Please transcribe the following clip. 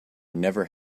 never